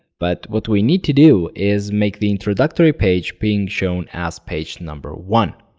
but what we need to do is make the introductory page being shown as page number one.